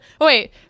wait